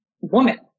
woman